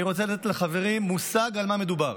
אני רוצה לתת לחברים מושג על מה מדובר: